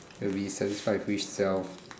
will be satisfied with which self